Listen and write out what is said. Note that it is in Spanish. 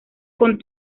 con